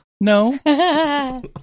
No